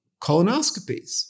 colonoscopies